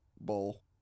bull